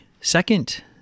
second